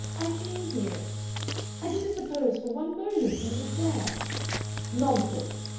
i came here i didn't suppose for one moment you would dare nonsense!